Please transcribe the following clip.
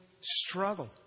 struggle